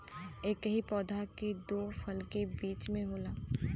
एकही पौधा के दू फूल के बीच में होला